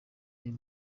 ayo